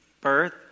birth